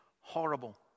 horrible